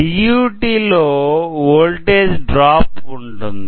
DUT లో voltage drop ఉంటుంది